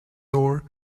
door